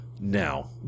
Now